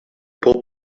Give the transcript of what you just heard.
pulled